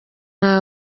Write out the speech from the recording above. nta